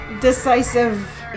decisive